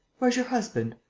where's your husband?